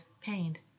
pained